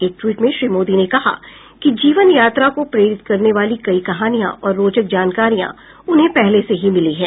एक ट्वीट में श्री मोदी ने कहा कि जीवन यात्रा को प्रेरित करने वाली कई कहानियां और रोचक जानकारियां उन्हें पहले से ही मिली हैं